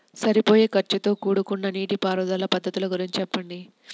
సరిపోయే ఖర్చుతో కూడుకున్న నీటిపారుదల పద్ధతుల గురించి చెప్పండి?